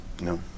No